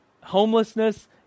homelessness